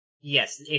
Yes